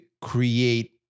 create